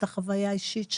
ואת החוויה האישית שלה.